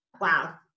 wow